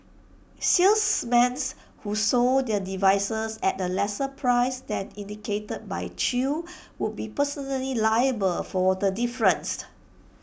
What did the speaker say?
salesmen who sold the devices at A lesser price than indicated by chew would be personally liable for the difference